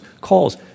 calls—